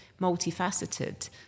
multifaceted